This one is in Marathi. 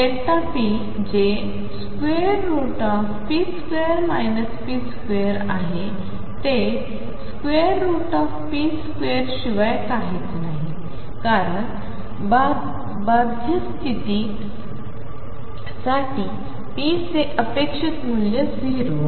आणि p जे ⟨p2⟩ ⟨p⟩2 आहे ते ⟨p2⟩ शिवाय काहीच नाही कारण बाध्य स्तिती साठी p चेअपेक्षित मूल्य 0